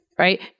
right